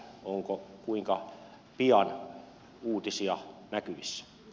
onko kuinka pian uutisia näkyvissä